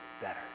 better